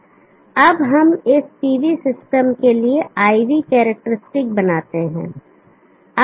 अब हम इस PV सिस्टम के लिए IV कैरेक्टरिस्टिक बनाते हैं